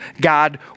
God